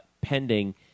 pending